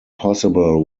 possible